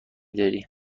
داری